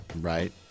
Right